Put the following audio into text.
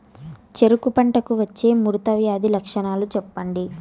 చెరుకు పంటకు వచ్చే ముడత వ్యాధి లక్షణాలు చెప్పండి?